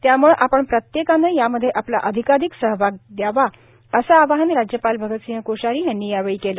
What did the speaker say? त्यामुळं आपण प्रत्येकानं यामध्ये आपला अधिकाधिक सहभाग दयावा असं आवाहन राज्यपाल भगत सिंह कोश्यारी यांनी केलं